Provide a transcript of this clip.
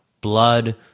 blood